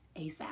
ASAP